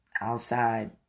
outside